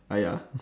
!aiya!